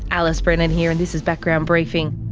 alice brennan here and this is background briefing.